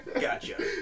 Gotcha